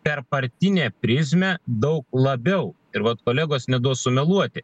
per partinę prizmę daug labiau ir vat kolegos neduos sumeluoti